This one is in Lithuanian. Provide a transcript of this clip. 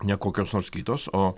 ne kokios nors kitos o